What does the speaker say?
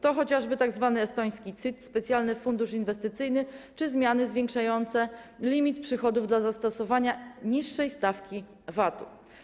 To chociażby tzw. estoński CIT, specjalny fundusz inwestycyjny czy zmiany zwiększające limit przychodów dla zastosowania niższej stawki VAT-u.